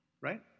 right